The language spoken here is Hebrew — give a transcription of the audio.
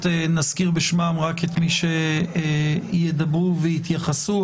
נזכיר בשמם רק את מי שידברו ויתייחסו,